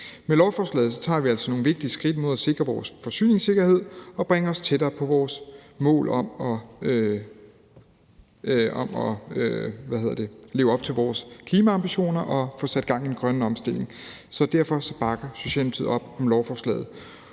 Med lovforslaget tager vi altså nogle vigtige skridt imod at sikre vores forsyningssikkerhed og bringe os tættere på vores mål om at leve op til vores klimaambitioner og få sat gang i den grønne omstilling. Derfor bakker Socialdemokratiet op om lovforslaget.